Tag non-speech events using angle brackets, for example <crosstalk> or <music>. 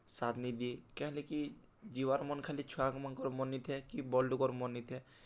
<unintelligible> କାଏଁହେଲେ କି ଯିବାର୍ ମନ୍ ଖାଲି ଛୁଆମାନ୍କଁର୍ ମନ୍ ନି ଥାଏ କି ବଡ଼୍ ଲୁକର୍ ମନ୍ ନି ଥାଏ